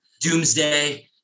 Doomsday